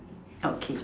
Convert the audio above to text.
okay